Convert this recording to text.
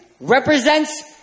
represents